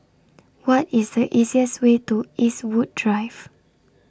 What IS The easiest Way to Eastwood Drive